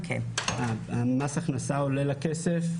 מס הכנסה עולה לה כסף,